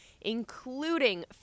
including